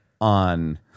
on